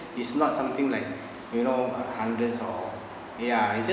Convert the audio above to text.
is not something like you know uh hundred or ya it just